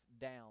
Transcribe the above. down